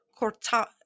Cortado